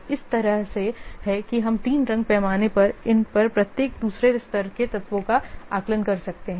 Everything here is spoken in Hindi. तो ये इस तरह से हैं कि हम तीन रंग पैमाने पर इन पर प्रत्येक दूसरे स्तर के तत्वों का आकलन कर सकते हैं